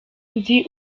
nzi